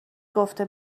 گفته